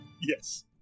Yes